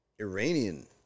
Iranian